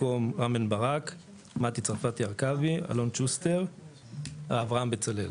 במקום רם בן ברק; מטי צרפתי הרכבי; אלון שוסטר ואברהם בצלאל.